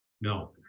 No